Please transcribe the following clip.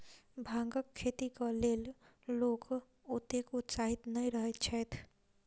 भांगक खेतीक लेल लोक ओतेक उत्साहित नै रहैत छैथ